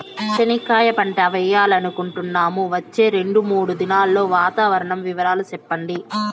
చెనక్కాయ పంట వేయాలనుకుంటున్నాము, వచ్చే రెండు, మూడు దినాల్లో వాతావరణం వివరాలు చెప్పండి?